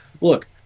look